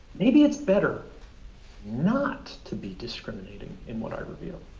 maybe it's better not to be discriminating in what i reveal,